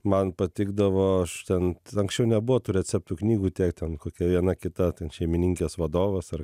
man patikdavo aš ten anksčiau nebuvo tų receptų knygų tiek ten kokia viena kita ten šeimininkės vadovas ar